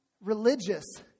religious